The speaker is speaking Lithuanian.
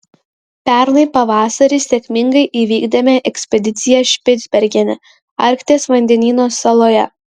pernai pavasarį sėkmingai įvykdėme ekspediciją špicbergene arkties vandenyno saloje